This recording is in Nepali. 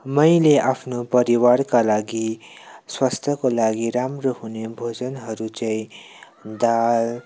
मैले आफ्ना परिवारका लागि स्वस्थको लागि राम्रो हुने भोजनहरू चाहिँ दाल